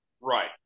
Right